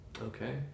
Okay